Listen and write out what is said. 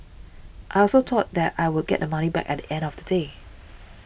I also thought that I would get the money back at the end of the day